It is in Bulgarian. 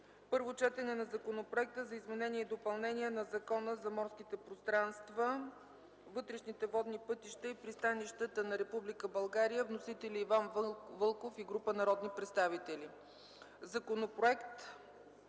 Първо четене на Законопроекта за изменение и допълнение на Закона за морските пространства, вътрешните водни пътища и пристанищата на Република България. Вносители: Иван Вълков и група народни представители. 4. Законопроект